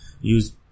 use